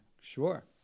Sure